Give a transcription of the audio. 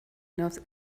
knows